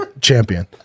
champion